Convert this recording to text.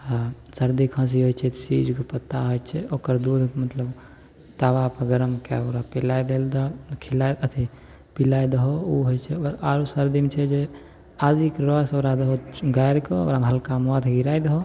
आओर सरदी खाँसी होइ छै तऽ सीजके पत्ता होइ छै ओकर दूध मतलब तावापर गरम कऽ कै ओकरा पिलै देल दहो खिलाहो अथी पिलै दहो ओ होइ छै ओकर आर सरदीमे छै जे आदीके रस ओकरा देबहो गाड़िके ओकरामे हल्का मौध गिरै दहो